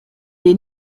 est